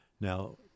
Now